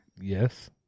Yes